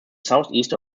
southeast